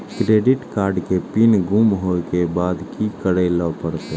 Credit card के PIN गुम होय के बाद की करै ल परतै?